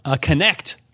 Connect